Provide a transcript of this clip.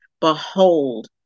Behold